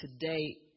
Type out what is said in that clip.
today